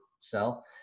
sell